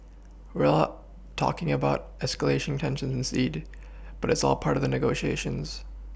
we all talking about escalation tensions indeed but it's all part of the negotiations